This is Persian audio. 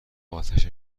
آتش